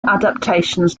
adaptations